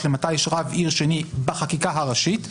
למתי יש רב עיר שני בחקיקה הראשית,